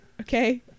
Okay